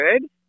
good